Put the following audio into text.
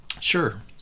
Sure